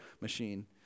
machine